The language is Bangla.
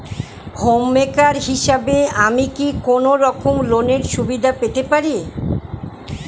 হোম মেকার হিসেবে কি আমি কোনো রকম লোনের সুবিধা পেতে পারি?